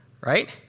right